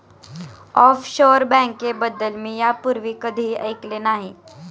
offshore बँकेबद्दल मी यापूर्वी कधीही ऐकले नाही